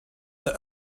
that